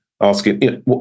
asking